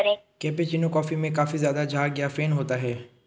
cappuccino coffee में काफी ज़्यादा झाग या फेन होता है